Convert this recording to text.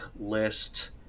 list